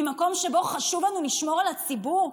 ממקום שבו חשוב לנו לשמור על הציבור,